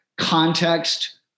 context